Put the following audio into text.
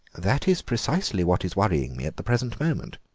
that is precisely what is worrying me at the present moment.